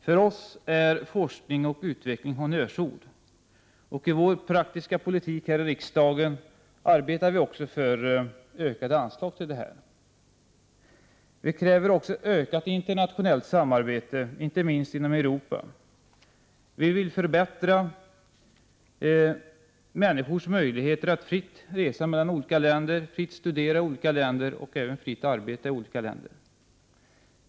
För oss är forskning och utveckling honnörsord, och i vår praktiska politik här i riksdagen arbetar vi också för ökade anslag till forskning och utveckling. Vi kräver även ökat internationellt samarbete, inte minst inom Europa. Vi vill förbättra människors möjligheter att fritt resa mellan olika länder, fritt studera i olika länder och även fritt arbeta i olika länder.